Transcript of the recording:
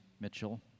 Mitchell